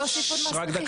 למה להוסיף עוד מס רכישה?